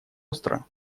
остро